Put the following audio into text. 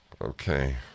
Okay